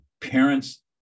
parents